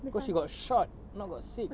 cause she got shot not got sick